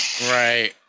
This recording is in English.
Right